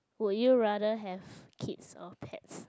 will you rather have kids or cats